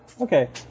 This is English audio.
Okay